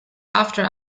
after